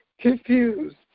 confused